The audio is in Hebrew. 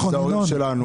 ההורים שלנו,